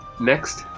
Next